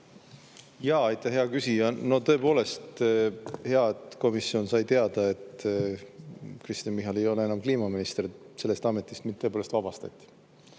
Aitäh, hea küsija! Tõepoolest, hea, et komisjon sai teada, et Kristen Michal ei ole enam kliimaminister. Sellest ametist mind tõepoolest vabastati.